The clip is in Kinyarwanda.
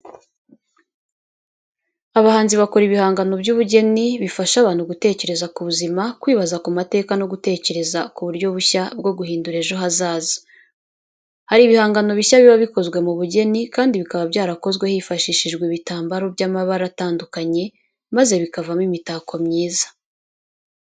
Abahanzi bakora ibihangano by'ubugeni bifasha abantu gutekereza ku buzima, kwibaza ku mateka no gutekereza ku buryo bushya bwo guhindura ejo hazaza. Hari ibihangano bishya biba bikozwe mu bugeni kandi bikaba byarakozwe hifashishijwe ibitambaro by'amabara atandukanye, maze bikavamo imitako myiza.